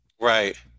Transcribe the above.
right